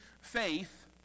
faith